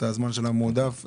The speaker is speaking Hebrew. את הזמן של המועדף,